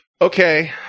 Okay